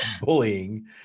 bullying